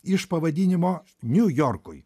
iš pavadinimo niujorkui